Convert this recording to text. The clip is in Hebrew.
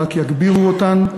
אלא רק יגבירו אותן,